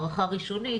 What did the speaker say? הערכה ראשונית,